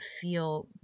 feel